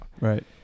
Right